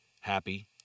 Happy